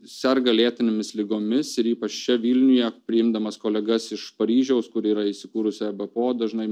serga lėtinėmis ligomis ir ypač čia vilniuje priimdamas kolegas iš paryžiaus kur yra įsikūrusi ebpo dažnai